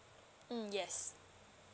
mm yes